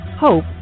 Hope